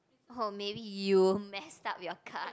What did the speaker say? hope maybe you won't messed up your card